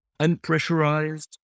unpressurized